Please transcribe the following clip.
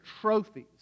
trophies